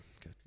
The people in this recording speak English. Good